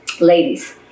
Ladies